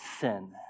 sin